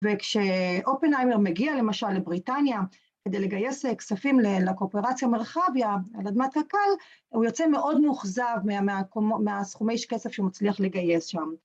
וכשאופנהיימר מגיע, למשל לבריטניה, כדי לגייס כספים לקואופרציה מרחביה על אדמת קק"ל, הוא יוצא מאוד מאוכזב מהסכומי כסף שהוא מוצליח לגייס שם.